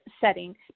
setting